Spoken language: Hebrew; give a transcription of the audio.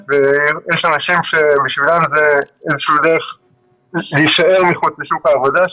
יש אנשים שבשבילם זה איזושהי דרך להישאר מחוץ לשוק העבודה,